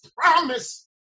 promise